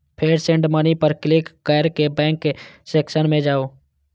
फेर send money पर click कैर के बैंक सेक्शन मे जाउ